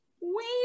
wait